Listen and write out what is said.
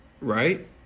right